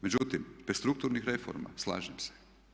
Međutim, bez strukturnih reforma slažem se.